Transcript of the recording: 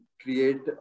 create